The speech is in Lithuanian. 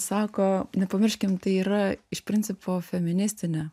sako nepamirškim tai yra iš principo feministinė